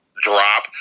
drop